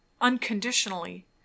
unconditionally